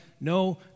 no